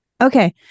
Okay